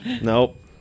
Nope